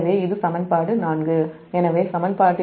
எனவே இது சமன்பாடு